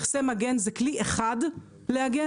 מכסי מגן זה כלי אחד להגן,